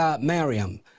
Miriam